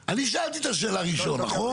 אני שאלתי את השאלה ראשון, נכון?